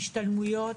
השתלמויות,